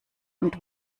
und